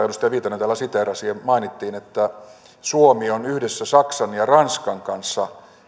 edustaja viitanen täällä siteerasi mainittiin että suomi on yhdessä saksan ja ranskan kanssa